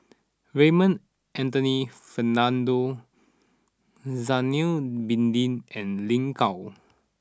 Raymond Anthony Fernando Zainal Abidin and Lin Gao